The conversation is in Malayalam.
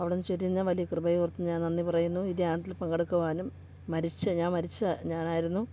അവിടുന്ന് ചൊരിയുന്ന വലിയ കൃപയെ ഓർത്ത് ഞാൻ നന്ദി പറയുന്നു ഈ ധ്യാനത്തിൽ പങ്കെടുക്കുവാനും മരിച്ച ഞാൻ മരിച്ച ഞാനായിരുന്നു